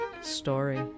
story